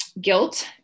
guilt